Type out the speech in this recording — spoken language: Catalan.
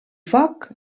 foc